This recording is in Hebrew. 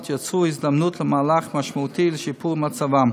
יצרו הזדמנות למהלך משמעותי לשיפור מצבם.